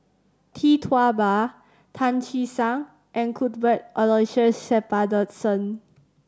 Tee Tua Ba Tan Che Sang and Cuthbert Aloysius Shepherdson